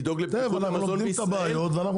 לדאוג לבטיחות המזון בישראל -- בסדר.